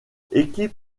équipe